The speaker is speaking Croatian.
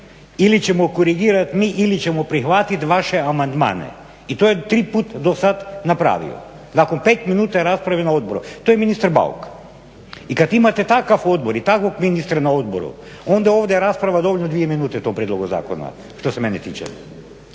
ili ćemo korigirati mi ili ćemo prihvatiti vaše amandmane i to je tri puta do sada napravio. Nakon pet minuta rasprave na odboru. To je ministar Bauk. I kada imate takav odbor i takvog ministra na odboru onda ovdje rasprava dovoljna dvije minute o tom prijedlogu zakona što se mene tiče.